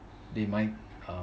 they might